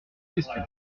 question